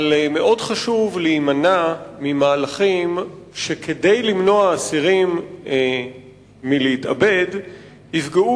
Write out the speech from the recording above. אבל מאוד חשוב להימנע ממהלכים שכדי למנוע מאסירים להתאבד יפגעו